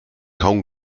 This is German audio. kaum